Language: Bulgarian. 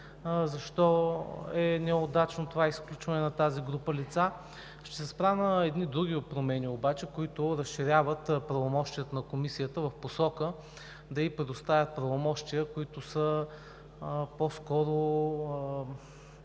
защо е неудачно изключването на тази група лица. Ще се спра на едни други промени обаче, които разширяват правомощията на Комисията в посока да ѝ предоставят правомощия, които по-скоро